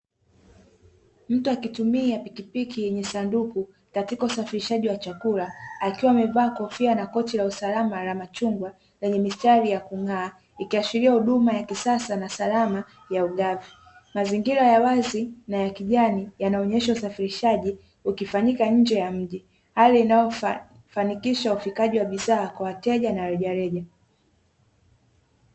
Mtu akitumia pikipiki yenye sanduku katika usafirishaji wa chakula, akiwa amevaa kofia na koti la usalama la machungwa lenye mistari ya kung'aa ikiashiria huduma ya kisasa na salama ya ugavi. Mazingira ya wazi na ya kijani yanaonyesha usafirishaji ukifanyika nje ya mji hali inayofanikisha ufikaji wa bidhaa kwa wateja na rejareja.